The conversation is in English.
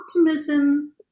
optimism